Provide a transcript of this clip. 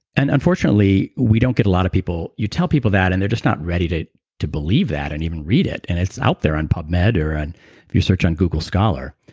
and unfortunately, we don't get a lot of people. you tell people that and they're just not ready to to believe that and even read it. and it's out there on pubmed or and research on google scholar.